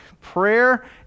prayer